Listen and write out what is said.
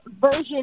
version